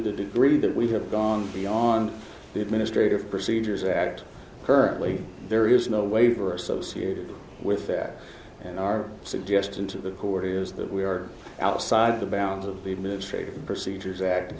the degree that we have gone beyond the administrative procedures act currently there is no waiver associated with that and our suggestion to the court is that we are outside the bounds of the administrative procedures act